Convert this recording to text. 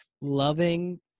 loving